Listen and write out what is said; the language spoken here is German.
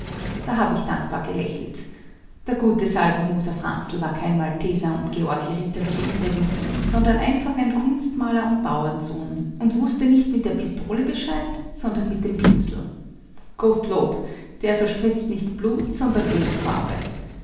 da habe ich dankbar gelächelt der gute salvermoser franzl war kein malteser und georgi ritter wie die übrigen sondern einfach ein kunstmaler und bauernsohn und wußte nicht mit der pistole bescheid sondern mit dem pinsel gottlob der verspritzt nicht blut sondern ölfarbe